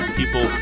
people